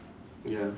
ya